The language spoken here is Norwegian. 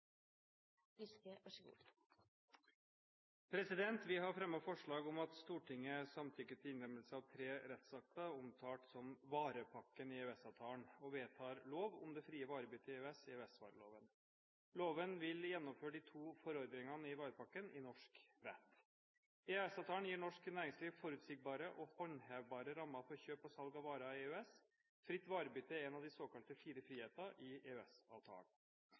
Vi har fremmet forslag om at Stortinget samtykker til innlemmelse av tre rettsakter, omtalt som «varepakken», i EØS-avtalen, og vedtar lov om det frie varebytte i EØS, EØS-vareloven. Loven vil gjennomføre de to forordningene i «varepakken» i norsk rett. EØS-avtalen gir norsk næringsliv forutsigbare og håndhevbare rammer for kjøp og salg av varer i EØS. Fritt varebytte er en av de såkalte fire friheter i